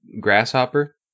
Grasshopper